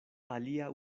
alia